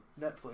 Netflix